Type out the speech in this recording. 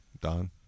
don